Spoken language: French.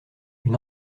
une